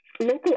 Local